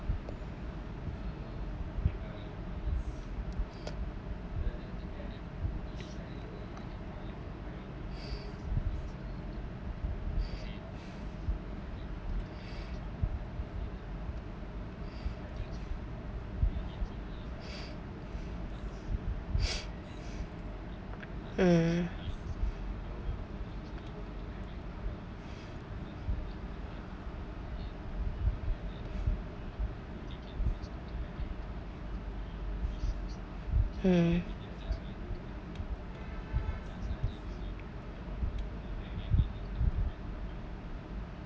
mm mm